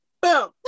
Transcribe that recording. Boom